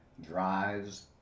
drives